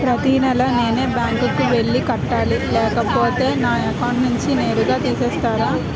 ప్రతి నెల నేనే బ్యాంక్ కి వెళ్లి కట్టాలి లేకపోతే నా అకౌంట్ నుంచి నేరుగా తీసేస్తర?